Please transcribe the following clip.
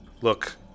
look